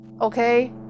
okay